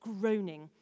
groaning